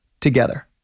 Together